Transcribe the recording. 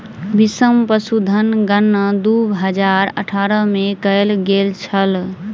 बीसम पशुधन गणना दू हजार अठारह में कएल गेल छल